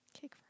Cake